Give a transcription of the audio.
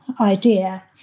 idea